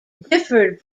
differed